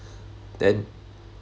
then